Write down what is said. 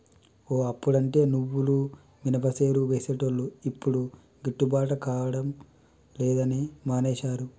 ఓ అప్పుడంటే నువ్వులు మినపసేలు వేసేటోళ్లు యిప్పుడు గిట్టుబాటు కాడం లేదని మానేశారు